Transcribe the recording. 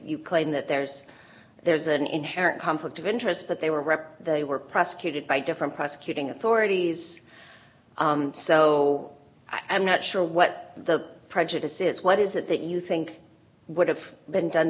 claim that there's there's an inherent conflict of interest but they were rep they were prosecuted by different prosecuting authorities so i'm not sure what the prejudice is what is it that you think would have been done